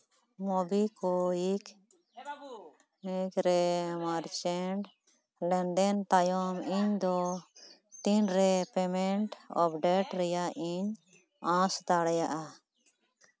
ᱢᱩᱵᱤᱠᱩᱭᱤᱠ ᱨᱮ ᱢᱟᱨᱪᱮᱱᱴ ᱞᱮᱱᱫᱮᱱ ᱛᱟᱭᱚᱢ ᱤᱧᱫᱚ ᱛᱤᱱᱨᱮ ᱯᱮᱢᱮᱱᱴ ᱟᱯᱰᱮᱴ ᱨᱮᱭᱟᱜ ᱤᱧ ᱟᱸᱥ ᱫᱟᱬᱮᱭᱟᱜᱼᱟ